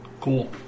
Cool